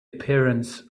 appearance